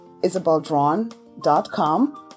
isabeldrawn.com